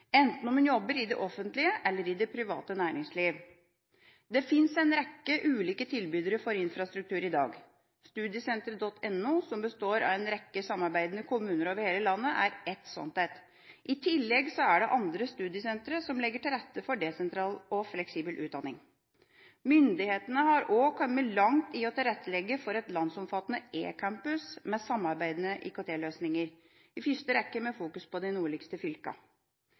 enten man jobber i det offentlige eller i det private næringsliv. Det finnes en rekke ulike tilbydere av infrastruktur i dag. Studiesenteret.no, som består av en rekke samarbeidende kommuner over hele landet, er ett slikt. I tillegg er det andre studiesentre som legger til rette for desentral og fleksibel utdanning. Myndighetene har også kommet langt i å tilrettelegge for et landsomfattende eCampus med samarbeidende IKT-løsninger, i første rekke med fokus på de nordligste